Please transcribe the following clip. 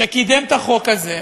שקידם את החוק הזה,